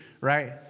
Right